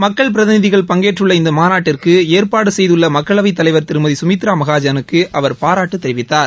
மக்கள் பிரதிநிதிகள் பங்கேற்றுள்ள இந்த மாநாட்டிற்கு ஏற்பாடு செய்துள்ள மக்களவைத் தலைவர் திருமதி சுமித்ரா மகாஜனுக்கு அவர் பாராட்டு தெரிவித்தார்